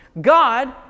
God